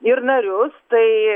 ir narius tai